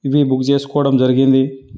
ఇవి బుక్ చేసుకోవడం జరిగింది